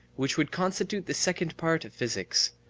which would constitute the second part of physics,